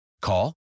Call